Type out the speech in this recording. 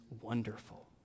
wonderful